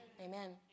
Amen